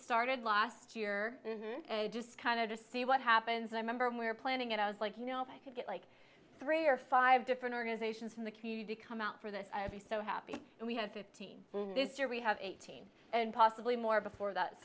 started last year just kind of to see what happens i remember when we were planning it i was like you know if i could get like three or five different organizations in the community to come out for that i would be so happy and we have fifteen this year we have eighteen and possibly more before that